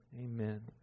Amen